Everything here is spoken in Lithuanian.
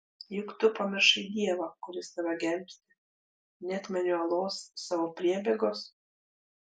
juk tu pamiršai dievą kuris tave gelbsti neatmeni uolos savo priebėgos